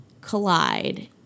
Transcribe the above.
collide